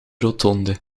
rotonde